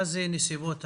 מה זה נסיבות העניין?